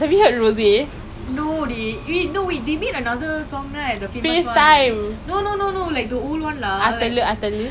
A R rahman his music is nice but his old musics were nice now all is like yuvan shankar raja harris jayaraj you know